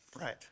right